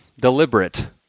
deliberate